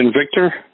Victor